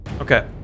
Okay